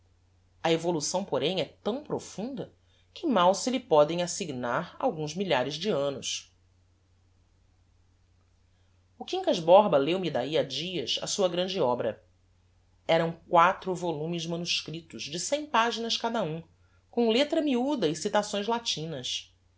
a evolução porém é tão profunda que mal se lhe podem assignar alguns milhares de annos o quincas borba leu me dahi a dias a sua grande obra eram quatro volumes manuscriptos de cem paginas cada um com letra miuda e citações latinas